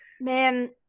man